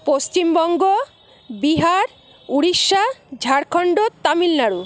Paschimbanga Bihar Orissa Jharkhand Tamil Nadu